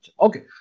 Okay